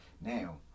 Now